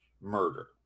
murder